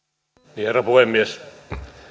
herra puhemies